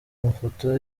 amafoto